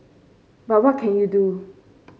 but what can you do